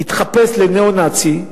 התחפש לניאו-נאצי.